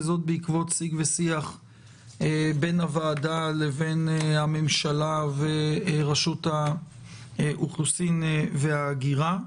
וזאת בעקבות סיג ושיח בין הוועדה לבין הממשלה ורשות האוכלוסין וההגירה.